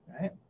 right